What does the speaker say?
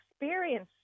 experience